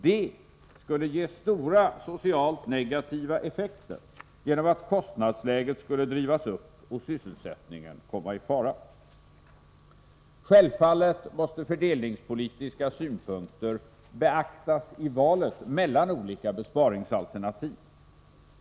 Det skulle också få stora socialt negativa effekter genom att kostnadsläget skulle drivas upp och sysselsättningen komma i fara. Självfallet måste fördelningspolitiska synpunkter beaktas i valet mellan olika besparingsalternativ.